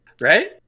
Right